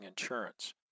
insurance